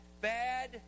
bad